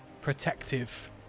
protective